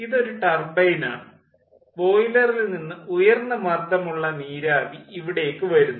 ഇത് ഒരു ടർബൈനാണ് ബോയിലറിൽ നിന്ന് ഉയർന്ന മർദ്ദമുള്ള നീരാവി ഇവിടേക്കു വരുന്നു